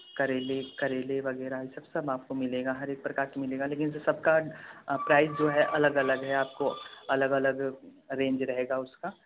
करेले करेले वगैरह ये सब सब आपको मिलेगा हर एक प्रकार का मिलेगा लेकिन सबका प्राइज जो है अलग अलग है आपको अलग अलग रेंज रहेगा उसका